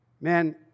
man